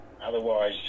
Otherwise